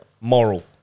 Moral